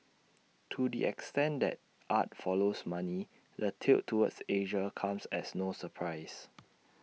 to the extent that art follows money the tilt towards Asia comes as no surprise